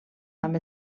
amb